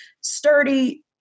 sturdy